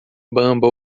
bamba